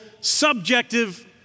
subjective